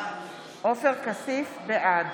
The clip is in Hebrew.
בעד